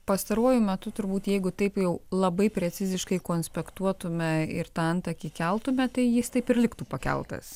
pastaruoju metu turbūt jeigu taip jau labai preciziškai konspektuotume ir tą antakį keltume tai jis taip ir liktų pakeltas